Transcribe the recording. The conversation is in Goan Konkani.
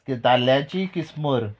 ताल्ल्याची किसमुर